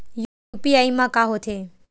UPI मा का होथे?